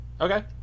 Okay